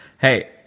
hey